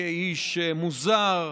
כאיש מוזר,